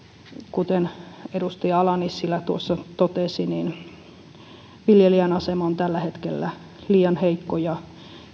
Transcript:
kuten edustaja ala nissilä tuossa totesi viljelijän asema on tällä hetkellä liian heikko ja